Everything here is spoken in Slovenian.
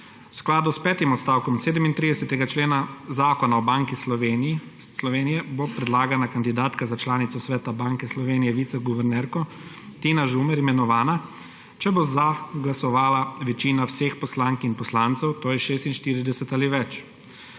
skladu s petim odstavkom 37. člena Zakona o Banki Slovenije bo predlagana kandidatka za članico Sveta Banke Slovenije – viceguvernerko Tina Žumer imenovana, če bo za glasovala večina vseh poslank in poslancev, to je 46 ali več.